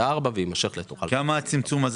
לדאוג למדינת